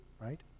right